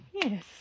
Yes